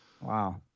Wow